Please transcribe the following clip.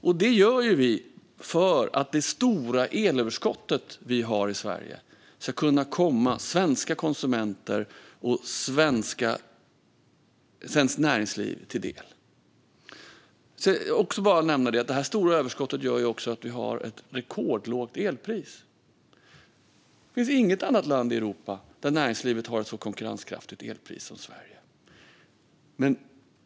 Vi gör detta för att det stora svenska elöverskottet ska kunna komma svenska konsumenter och svenskt näringsliv till del. Detta stora överskott gör också att vi har ett rekordlågt elpris. I inget annat land i Europa har näringslivet ett lika konkurrenskraftigt elpris.